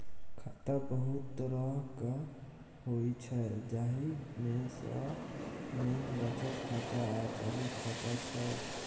खाता बहुत तरहक होइ छै जाहि मे सँ मेन बचत खाता आ चालू खाता छै